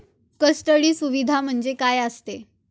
Custody सुविधा म्हणजे काय असतं?